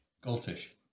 Goldfish